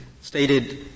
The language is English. stated